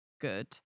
good